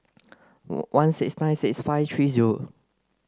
one six nine six five three zero